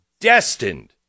destined